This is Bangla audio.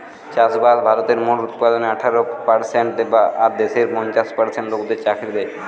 চাষবাস ভারতের মোট উৎপাদনের আঠারো পারসেন্ট আর দেশের পঞ্চাশ পার্সেন্ট লোকদের চাকরি দ্যায়